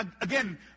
Again